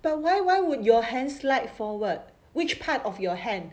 but why why would your hands slide forward which part of your hand